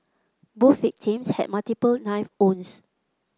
both victims had multiple knife wounds